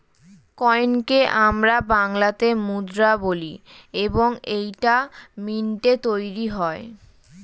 কয়েনকে আমরা বাংলাতে মুদ্রা বলি এবং এইটা মিন্টে তৈরী হয়